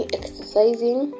exercising